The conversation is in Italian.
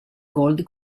gold